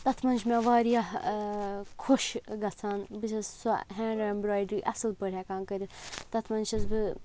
تَتھ منٛز چھِ مےٚ واریاہ خۄش گَژھان بہٕ چھَس سۄ ہینٛڈ اٮ۪مبرایڈرٛی اَصٕل پٲٹھۍ ہٮ۪کان کٔرِتھ تَتھ منٛز چھَس بہٕ